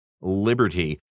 liberty